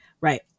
right